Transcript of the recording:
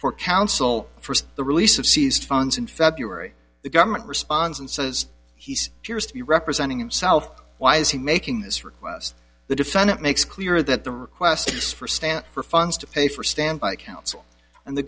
for counsel for the release of seized funds in february the government responds and says he's has to be representing himself why is he making this request the defendant makes clear that the request is for stand for funds to pay for standby counsel and the